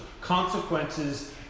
consequences